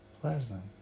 pleasant